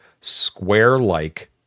square-like